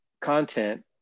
content